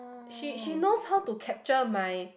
she she knows how to capture my